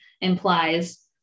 implies